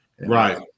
right